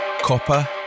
Copper